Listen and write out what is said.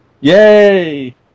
yay